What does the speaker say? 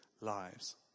lives